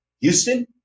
Houston